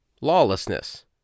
lawlessness